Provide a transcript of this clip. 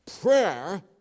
Prayer